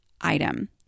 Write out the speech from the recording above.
item